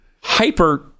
hyper